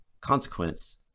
consequence